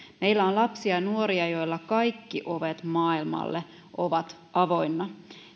meillä on lapsia nuoria joille kaikki ovet maailmalle ovat avoinna